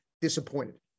disappointed